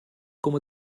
com